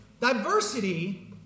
Diversity